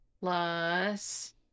plus